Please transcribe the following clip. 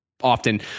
often